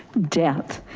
death.